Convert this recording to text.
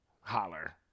Holler